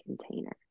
container